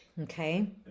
Okay